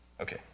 okay